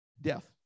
death